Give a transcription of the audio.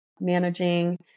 managing